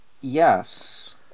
yes